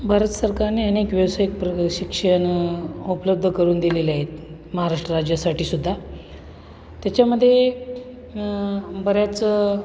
भारत सरकारने अनेक व्यावसायिक प्रशिक्षण उपलब्ध करून दिलेले आहेत महाराष्ट्र राज्यासाठी सुद्धा त्याच्यामध्ये बऱ्याच